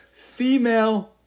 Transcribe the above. Female-